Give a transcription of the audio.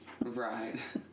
Right